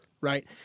right